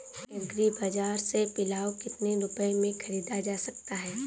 Agree बाजार से पिलाऊ कितनी रुपये में ख़रीदा जा सकता है?